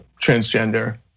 transgender